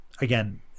again